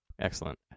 Excellent